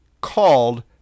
called